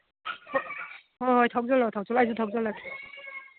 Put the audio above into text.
ꯍꯣꯏ ꯍꯣꯏ ꯊꯧꯖꯜꯂꯣ ꯊꯧꯖꯜꯂꯣ ꯑꯩꯁꯨ ꯊꯧꯖꯜꯂꯒꯦ